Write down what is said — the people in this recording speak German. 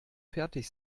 fertig